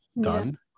done